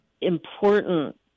Important